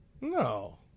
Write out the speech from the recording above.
No